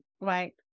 right